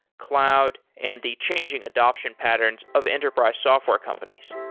cloud, and the changing adoption patterns of enterprise software companies.